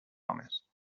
homes